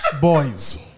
Boys